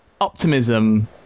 optimism